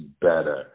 better